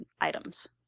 items